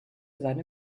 seine